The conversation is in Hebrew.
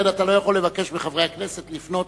לכן אתה לא יכול לבקש מחברי הכנסת לפנות.